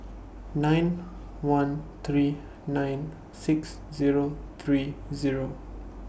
nine one three nine six Zero three Zero